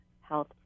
health